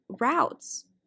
routes